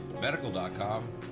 medical.com